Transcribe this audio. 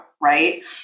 Right